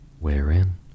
wherein